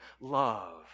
love